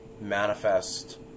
manifest